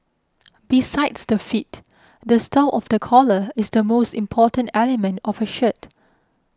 besides the fit the style of the collar is the most important element of a shirt